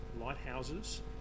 lighthouses